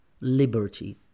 Liberty